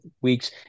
weeks